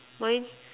mine